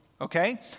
Okay